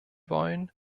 wollen